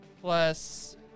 plus